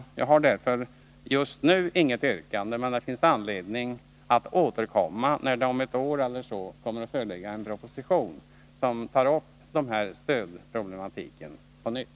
Jag har därför just nu inget yrkande, men det finns anledning att återkomma när det om ett år eller så föreligger en proposition som tar upp den här stödproblematiken på nytt.